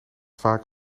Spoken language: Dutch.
vaak